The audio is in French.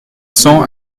cents